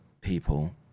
people